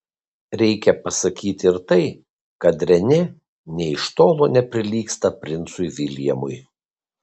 reikia pasakyti ir tai kad renė nė iš tolo neprilygsta princui viljamui